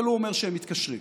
אבל הוא אומר שהם מתקשרים.